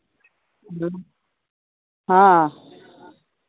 ᱦᱮᱸ ᱦᱮᱸ